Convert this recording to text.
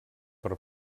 per